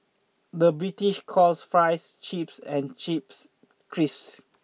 the British calls fries chips and chips crisps